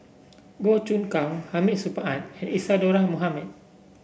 Goh Choon Kang Hamid Supaat and Isadhora Mohamed